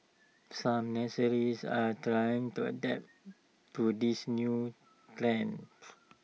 some nurseries are trying to adapt to these new trends